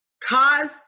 cause